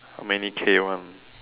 how many K one